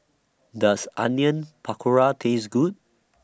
Does Onion Pakora Taste Good